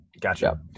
Gotcha